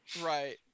Right